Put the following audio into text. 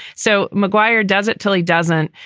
so mcguire doesn't tell. he doesn't.